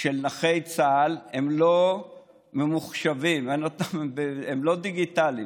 של נכי צה"ל לא ממוחשבים, הם לא דיגיטליים.